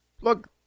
Look